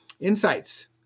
insights